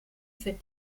für